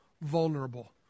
vulnerable